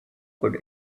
could